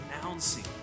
announcing